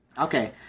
Okay